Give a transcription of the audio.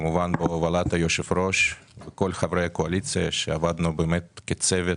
כמובן בהובלת יושב ראש הוועדה וכל חברי הקואליציה שעבדנו באמת כצוות